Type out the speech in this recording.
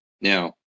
Now